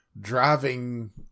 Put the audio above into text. driving